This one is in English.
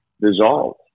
dissolved